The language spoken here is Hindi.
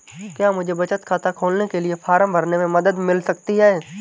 क्या मुझे बचत खाता खोलने के लिए फॉर्म भरने में मदद मिल सकती है?